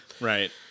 Right